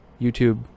youtube